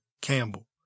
Campbell